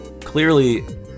Clearly